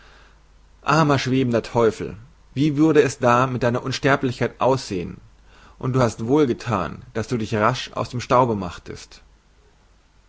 armer schwebender teufel wie würde es da mit deiner unsterblichkeit aussehen und du hast wohlgethan daß du dich rasch aus dem staube machtest